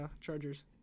Chargers